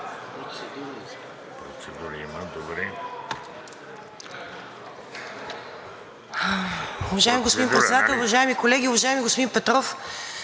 Уважаеми господин Председател, уважаеми колеги, уважаеми господин Петров!